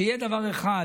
שיהיה דבר אחד,